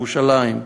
ירושלים,